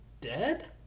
dead